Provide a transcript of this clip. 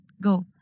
Go